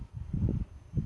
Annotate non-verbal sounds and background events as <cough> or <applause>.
<breath>